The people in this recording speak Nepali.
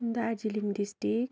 दार्जिलिङ डिस्ट्रिक्ट